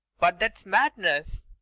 but that's madness.